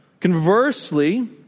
Conversely